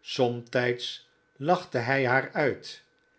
somtijds lachte hij haar uit